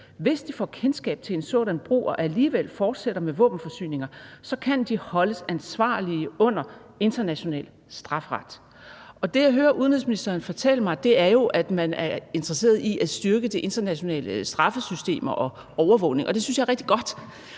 Hvis de får kendskab til en sådan brug og alligevel fortsætter våbenforsyningerne, kan de holdes ansvarlige under international strafferet«. Det, jeg hører udenrigsministeren fortælle mig, er, at man er interesseret i at styrke de internationale straffesystemer og overvågningen, og det synes jeg er rigtig godt.